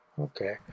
okay